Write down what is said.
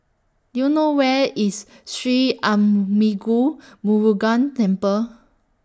Do YOU know Where IS Sri Arulmigu Murugan Temple